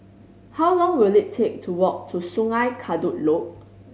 how long will it take to walk to Sungei Kadut Loop